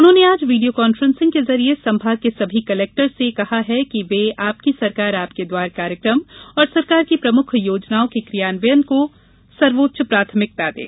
उन्होंने आज video conference के जरिये संभाग के सभी कलेक्टर से कहा कि वे आपकी सरकार आपके द्वार कार्यक्रम और सरकार की प्रमुख योजनाओं के क्रियान्वयन को वह सर्वोच्च प्राथमिकता दें